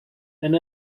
and